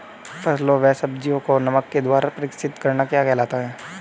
फलों व सब्जियों को नमक के द्वारा परीक्षित करना क्या कहलाता है?